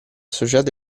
associati